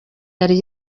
yari